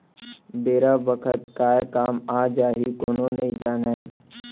बेरा बखत काय काम आ जाही कोनो नइ जानय